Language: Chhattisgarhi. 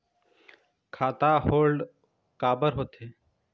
खाता होल्ड काबर होथे?